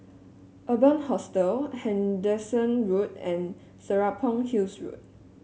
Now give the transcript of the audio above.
Urban Hostel Henderson Road and Serapong Hills Road